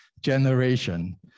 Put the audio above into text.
generation